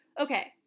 okay